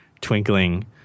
twinkling